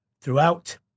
throughout